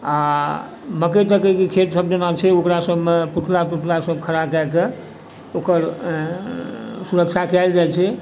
आओर मकइ तकइ के खेती खेत सब जेना छै ओकरा सबमे पुतला तुतला सब खड़ा कए कऽ ओकर सुरक्षा कयल जाइ छै